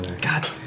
God